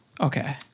Okay